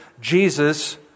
Jesus